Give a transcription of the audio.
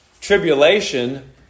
tribulation